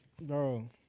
Bro